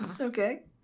Okay